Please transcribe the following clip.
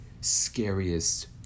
scariest